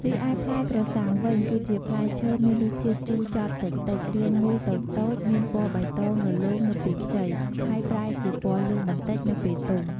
រីឯផ្លែក្រសាំងវិញ គឺជាផ្លែឈើមានរសជាតិជូរចត់តិចៗ រាងមូលតូចៗ មានពណ៌បៃតងរលោងនៅពេលខ្ចី ហើយប្រែជាពណ៌លឿងបន្តិចនៅពេលទុំ។